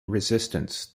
resistance